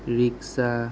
rickshaw